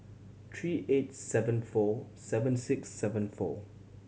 three eight seven four seven six seven four